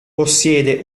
possiede